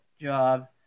job